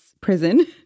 prison